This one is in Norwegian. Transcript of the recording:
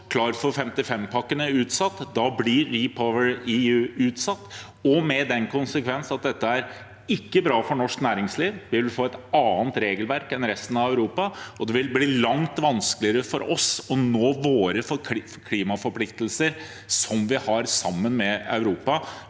Klar for 55-pakken utsatt, da blir REPowerEU utsatt, og konsekvensen av dette er ikke bra for norsk næringsliv. Vi vil få et annet regelverk enn resten av Europa, og det vil bli langt vanskeligere for oss å nå våre klimaforpliktelser, som følger av den